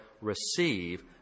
Receive